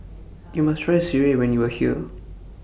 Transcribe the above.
YOU must Try Sireh when YOU Are here